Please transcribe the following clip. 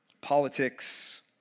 Politics